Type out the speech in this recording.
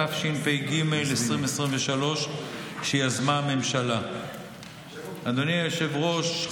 התשפ"ג 2023. הוגשו כמה הסתייגויות,